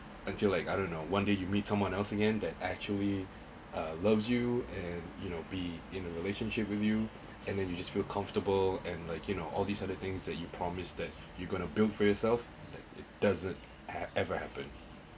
until like I don't know one day you meet someone else again that actually uh loves you and you know be in a relationship with you and then you just feel comfortable and like you know all these other things that you promise that you gonna build for yourself that doesn't ever happen